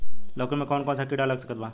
लौकी मे कौन कौन सा कीड़ा लग सकता बा?